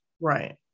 Right